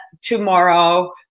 tomorrow